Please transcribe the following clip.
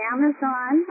Amazon